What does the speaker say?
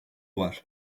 var